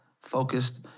focused